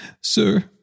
Sir